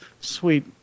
sweet